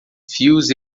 fios